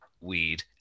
weed